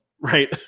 right